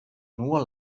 nur